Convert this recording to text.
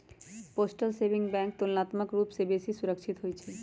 postal saving bank तुलनात्मक रूप से बेशी सुरक्षित होइ छइ